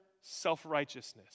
self-righteousness